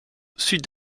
sud